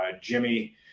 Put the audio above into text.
Jimmy